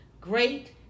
great